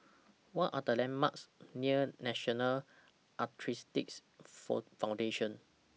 What Are The landmarks near National Arthritis Foundation